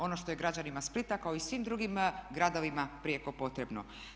Ono što je građanima Splita kao i svim drugim gradovima prijeko potrebno.